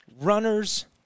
Runners